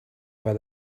where